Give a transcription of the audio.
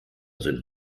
sind